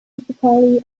typically